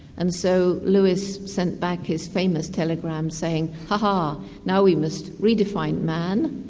and so louis sent back his famous telegram saying, ha ha, now we must redefine man,